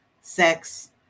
sex